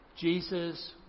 Jesus